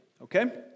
okay